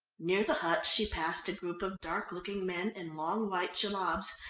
near the huts she passed a group of dark-looking men in long white jellabs,